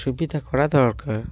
সুবিধা করা দরকার